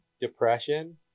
depression